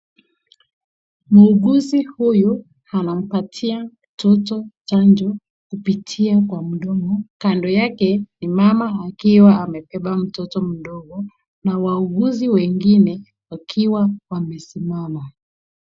Muuguzi huyu anampatia mtoto chanjo kupitia kwa mdomo. Kando yake ni mama akiwa amebeba mtoto mdogo na wauguzi wengine wakiwa wamesimama.